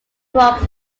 croix